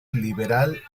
liberal